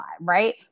Right